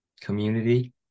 Community